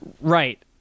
Right